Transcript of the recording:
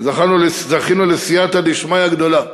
זכינו לסייעתא דשמיא גדולה